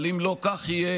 אבל אם לא כך יהיה,